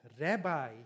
rabbi